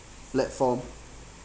platform